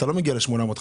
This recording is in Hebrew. אתה לא מגיע ל-850.